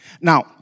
Now